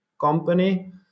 company